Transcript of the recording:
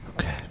okay